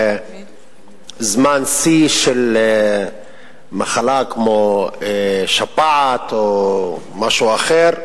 זמן שיא של מחלה כמו שפעת או משהו אחר,